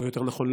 או יותר נכון,